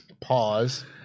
pause